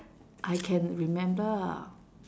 I can remember